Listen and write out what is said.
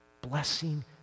blessing